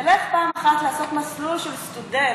תלך פעם אחת לעשות מסלול של סטודנט